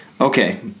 Okay